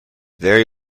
very